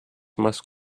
más